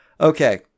Okay